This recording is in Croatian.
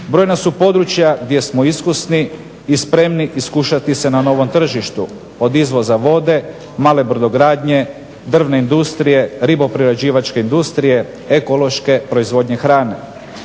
Brojna su područja gdje smo iskusni i spremni iskušati se na novom tržištu, od izvoza vode, male brodogradnje, drvne industrije, riboprerađivačke industrije, ekološke proizvodnje hrane.